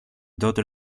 daughter